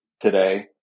today